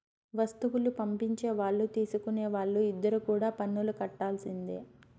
వస్తువులు పంపించే వాళ్ళు తీసుకునే వాళ్ళు ఇద్దరు కూడా పన్నులు కట్టాల్సిందే